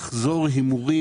תקופת כהונתו של חבר המועצה,